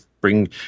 bring